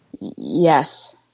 Yes